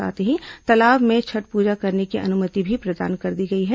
साथ ही तालाब में छठ पूजा करने की अनुमति भी प्रदान कर दी गई है